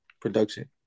production